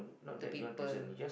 to people